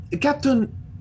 Captain